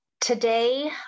today